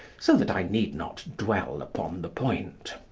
so that i need not dwell upon the point.